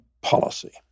policy